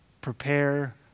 Prepare